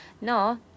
No